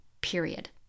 Period